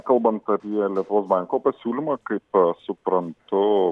kalbant apie lietuvos banko pasiūlymą kaip suprantu